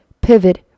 pivot